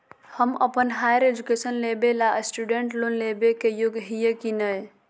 हम अप्पन higher education लेबे ला स्टूडेंट लोन लेबे के योग्य हियै की नय?